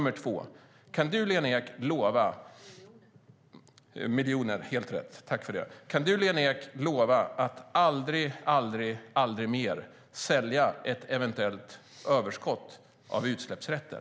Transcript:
Min andra fråga är: Kan du, Lena Ek, lova att aldrig mer sälja ett eventuellt överskott av utsläppsrätter?